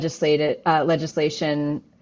legislation